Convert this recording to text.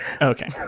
Okay